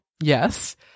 yes